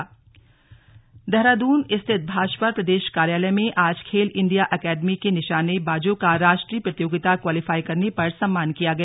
खेल इंडिया देहरादून देहरादून स्थित भाजपा प्रदेश कार्यालय मे आज खेल इंडिया एकेडमी के निशानेबाजों का राष्ट्रीय प्रतियोगिता क्वालीफाई करने पर सम्मान किया गया